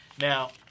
Now